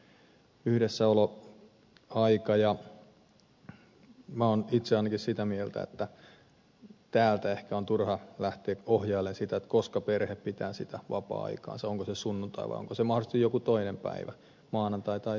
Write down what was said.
minä olen itse ainakin sitä mieltä että täältä ehkä on turha lähteä ohjailemaan sitä koska perhe pitää vapaa aikaansa onko se sunnuntai vai onko se mahdollisesti joku toinen päivä maanantai tai tiistai